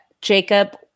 Jacob